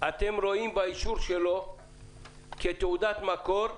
אתם רואים באישור שלו כתעודת מקור,